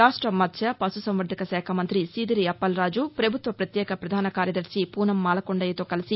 రాష్ట మత్స్య పశు సంవర్గక శాఖ మంతి సీదిరి అప్పలరాజు ప్రభుత్వ ప్రత్యేక ప్రధాన కార్యదర్శి పూనమ్ మాలకొండయ్యకో కలిసి